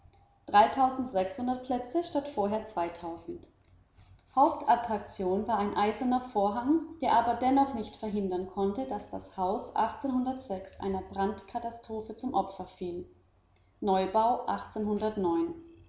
statt fort a war ein eiserner vorhang der aber dennoch nicht verhindern konnte daß das haus eine brandkatastrophe zum opfer fiel neubau